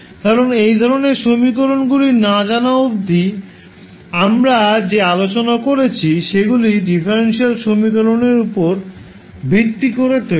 কারণ এই ধরণের সমীকরণগুলি না জানা অবধি আমরা যে আলোচনা করেছি সেগুলি ডিফারেনশিয়াল সমীকরণের উপর ভিত্তি করে তৈরি